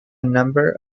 number